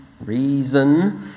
reason